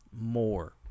More